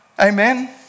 Amen